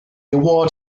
award